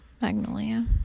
Magnolia